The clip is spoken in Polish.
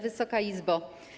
Wysoka Izbo!